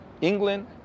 England